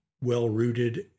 well-rooted